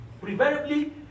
preferably